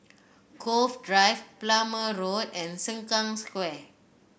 Cove Drive Plumer Road and Sengkang Square